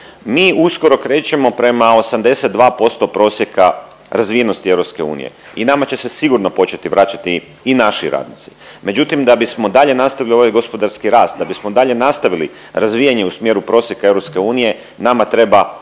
Mi uskoro krećemo prema 82% prosjeka razvijenosti EU i nama će se sigurno početi vraćati i naši radnici. Međutim, da bismo dalje nastavili ovaj gospodarski rast, da bismo dalje nastavili razvijanje u smjeru prosjeka EU nama treba